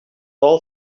all